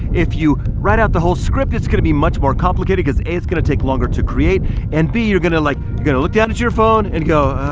if you write out the whole script, it's gonna be much more complicated because it's gonna take longer to create and b, you're gonna like, you're gonna look down at your phone and go,